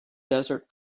desert